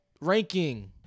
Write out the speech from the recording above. ranking